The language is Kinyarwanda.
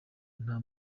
nta